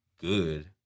good